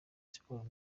sports